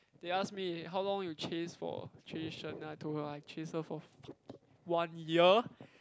they ask me how long you chase for chase Shen then I told her I chase her for fucking one year